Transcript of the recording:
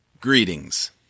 Greetings